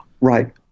right